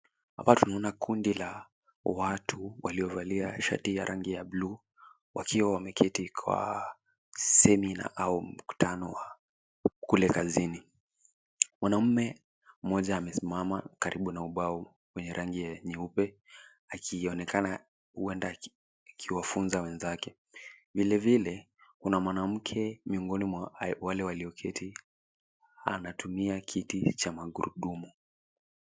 Hapa tunaona kundi la watu waliovalia shati ya rangi ya buluu, wakiwa wameketi kwa semina au mkutano wa kule kazini. Mwanaume mmoja amesimama karibu na ubao mwenye rangi nyeupe, akionekana huenda akiwafunza wenzake. Vilevile kuna mwanamke miongoni mwa wale walioketi, anatumia kiti cha magurudumu.